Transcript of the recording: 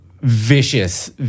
vicious